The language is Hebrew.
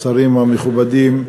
השרים המכובדים,